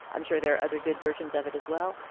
i'm sure there are other good versions of it as well.